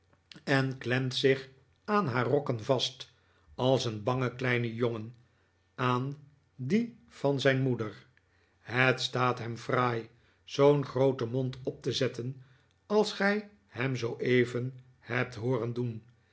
en klemt zich aan haar rokken vast als een bange kleine jongen aan die van zijn moeder het staat hem fraai zoo'n grpoten mond op te zetten als gij hem zooeven hebt hooren doen